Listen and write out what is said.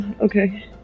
Okay